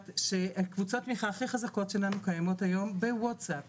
שהקבוצות תמיכה הכי חזקות הכי קיימות שלנו בווטסאפ,